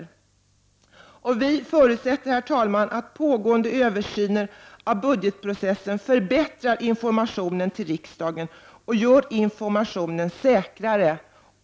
Herr talman! Vi förutsätter att pågående översyner av budgetprocessen förbättrar informationen till riksdagen och gör informationen säkrare.